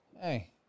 Hey